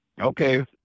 Okay